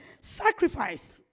Sacrifice